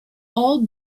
all